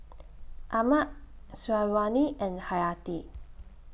Ahmad Syazwani and Hayati